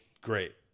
great